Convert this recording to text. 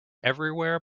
everywhere